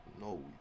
No